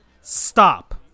stop